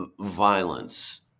violence